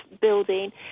building